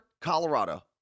Colorado